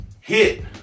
hit